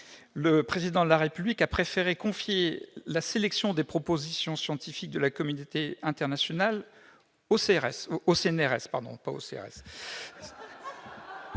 la langue de la République ...-, a préféré confier la sélection des propositions scientifiques de la communauté internationale aux CRS-